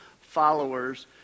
Followers